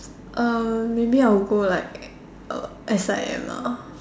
uh maybe I would go like uh S_I_M lah